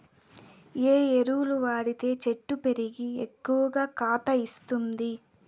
ఏ ఎరువులు వాడితే చెట్టు పెరిగి ఎక్కువగా కాత ఇస్తుంది?